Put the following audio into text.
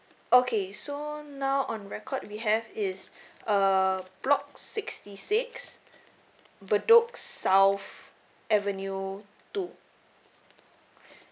okay so now on record we have is uh block sixty six bedok south avenue two